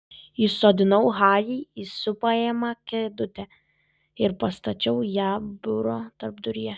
įsodinau harį į supamąją kėdutę ir pastačiau ją biuro tarpduryje